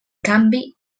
canvi